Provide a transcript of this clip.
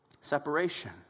separation